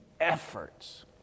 efforts